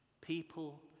People